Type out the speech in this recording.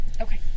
Okay